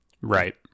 Right